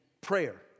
prayer